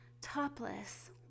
topless